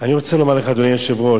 אני רוצה לומר לך, אדוני היושב-ראש,